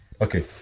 okay